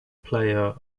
player